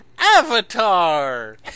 Avatar